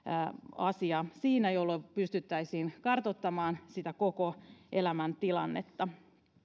asia siinä jolloin pystyttäisiin kartoittamaan sitä koko elämäntilannetta